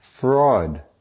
Fraud